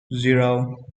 zero